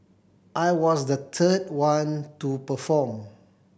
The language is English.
I was the third one to perform